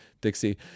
Dixie